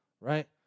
Right